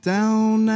Down